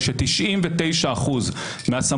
מישהו יכול להביע דעתו על הצעה כזאת בלי לדעת מה עוד הולכים